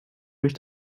durch